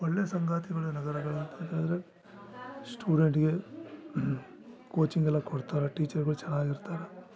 ಒಳ್ಳೆಯ ಸಂಗತಿಗಳು ನಗರಗಳ ಅಂತಂತ ಹೇಳಿದ್ರೆ ಸ್ಟೂಡೆಂಟ್ಗೆ ಕೋಚಿಂಗೆಲ್ಲ ಕೊಡ್ತಾರೆ ಟೀಚರ್ಗಳು ಚೆನ್ನಾಗಿ ಇರ್ತಾರೆ